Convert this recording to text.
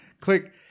Click